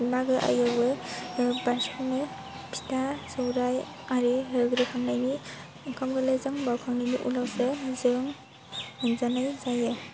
मागो आरियावबो बारस'नो फिथा सौराइ आरि होग्रोखांनायनि ओंखाम गोरलैजों बावखांनायनि उनावसो जों मोनजानाय जायो